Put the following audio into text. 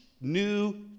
new